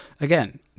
again